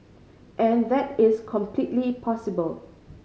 and that is completely possible